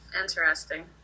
interesting